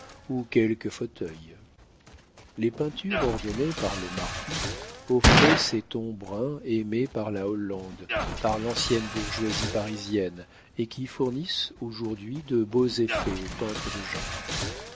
ou quelque fauteuil les peintures ordonnées par le marquis offraient ces tons bruns aimés par la hollande par l'ancienne bourgeoisie parisienne et qui fournissent aujourd'hui de beaux effets aux peintres de genre